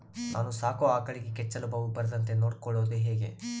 ನಾನು ಸಾಕೋ ಆಕಳಿಗೆ ಕೆಚ್ಚಲುಬಾವು ಬರದಂತೆ ನೊಡ್ಕೊಳೋದು ಹೇಗೆ?